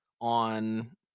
on